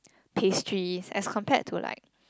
pastries as compared to like